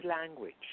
language